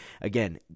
Again